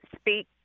speak